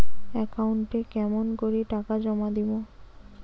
একাউন্টে কেমন করি টাকা জমা দিম?